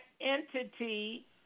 entity